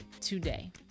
today